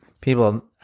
People